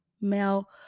male